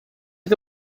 che